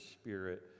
Spirit